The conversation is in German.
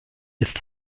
ist